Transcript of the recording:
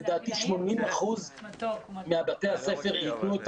לדעתי 80% מבתי הספר ייתנו את